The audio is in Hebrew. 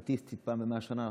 סטטיסטית זה פעם ב-100 שנה.